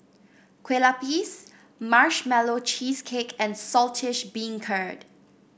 Kue Lupis Marshmallow Cheesecake and Saltish Beancurd